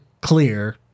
clear